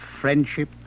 friendship